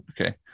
Okay